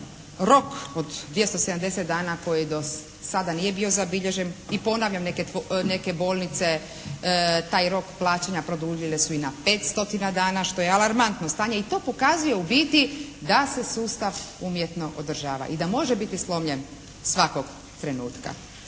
rok od 270 dana koji do sada nije bio zabilježen i ponavljam neke bolnice taj rok plaćanja produljile su i na 500 dana što je alarmantno stanje i to pokazuje u biti da se sustav umjetno održava i da može biti slomljen svakog trenutka